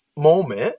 moment